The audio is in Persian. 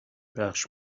پخش